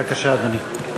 בבקשה, אדוני.